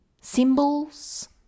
symbols